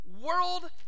world